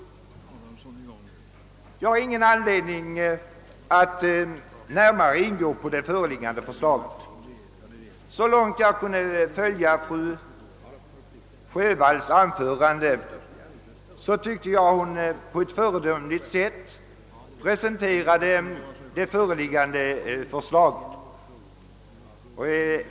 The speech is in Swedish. Jag har ingen anledning att närmare gå in på det föreliggande förslaget. Så långt jag kunde följa fru Sjövalls anförande tyckte jag att hon på ett föredömligt sätt presenterade det.